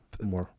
more